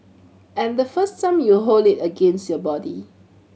and the first time you hold it against your body